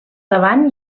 davant